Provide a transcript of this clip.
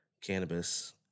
cannabis